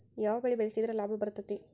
ಯಾವ ಬೆಳಿ ಬೆಳ್ಸಿದ್ರ ಲಾಭ ಬರತೇತಿ?